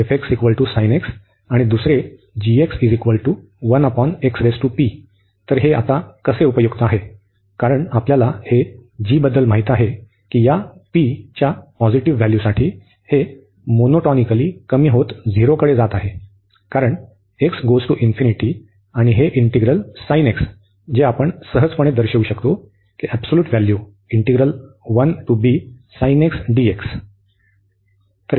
आणि दुसरा एक तर हे आता कसे उपयुक्त आहे कारण आपल्याला हे g बद्दल माहित आहे की या p पॉझिटिव्हसाठी हे मोनोटॉनिकली कमी होत झिरोकडे जात आहे कारण आणि हे इंटिग्रल sine x जे आपण हे सहजपणे दर्शवू शकतो